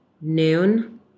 noon